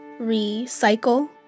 recycle